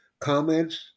Comments